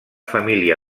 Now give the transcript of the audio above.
família